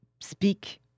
speak